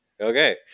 Okay